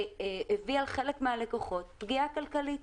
שהביאה חלק מהלקוחות לפגיעה כלכלית,